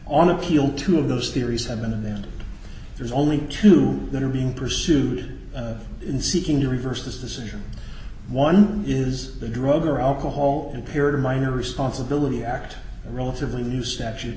on appeal two of those theories have been and then there's only two that are being pursued in seeking to reverse this decision one is the drug or alcohol impaired minor responsibility act relatively new statute